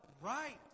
right